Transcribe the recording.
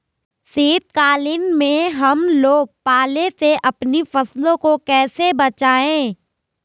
शीतकालीन में हम लोग पाले से अपनी फसलों को कैसे बचाएं?